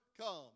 come